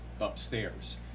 upstairs